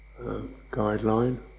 guideline